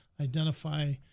identify